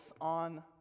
on